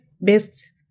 best